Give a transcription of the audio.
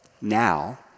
now